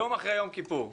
יום אחרי יום כיפור.